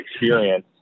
experience